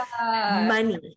money